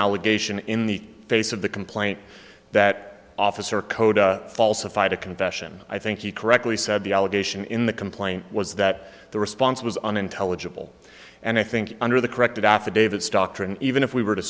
allegation in the face of the complaint that officer code falsified a confession i think he correctly said the allegation in the complaint was that the response was unintelligible and i think under the corrected affidavits doctrine even if we were to